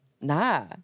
Nah